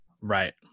Right